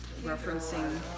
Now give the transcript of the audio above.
referencing